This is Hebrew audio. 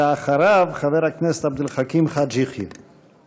ואחריו, חבר הכנסת עבד אל חכים חאג' יחיא.